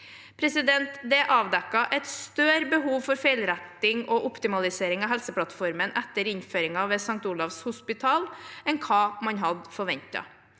er avdekket et større behov for feilretting og optimalisering av Helseplattformen etter innføringen ved St. Olavs hospital enn hva man hadde forventet.